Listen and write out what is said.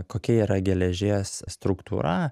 kokia yra geležies struktūra